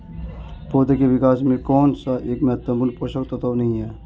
पौधों के विकास में कौन सा एक महत्वपूर्ण पोषक तत्व नहीं है?